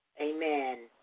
Amen